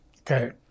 Okay